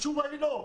התשובה היא לא.